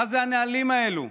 מה זה הנהלים האלו?